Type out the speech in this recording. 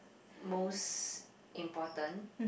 most important